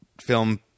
film